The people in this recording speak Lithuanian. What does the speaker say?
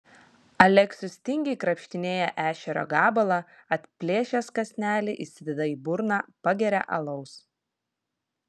aleksius tingiai krapštinėja ešerio gabalą atplėšęs kąsnelį įsideda į burną pageria alaus